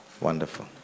Wonderful